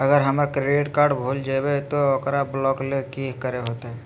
अगर हमर credit card भूल जइबे तो ओकरा ब्लॉक लें कि करे होते?